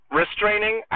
restraining